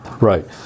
Right